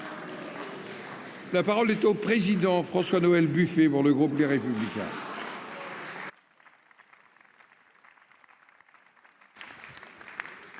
La parole est au président François Noël Buffet pour le groupe Les Républicains.